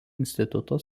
instituto